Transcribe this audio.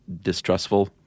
distrustful